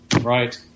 right